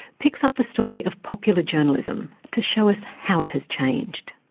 picks up the story of popular journalism, to show us how it has changed.